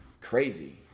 crazy